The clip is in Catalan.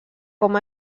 com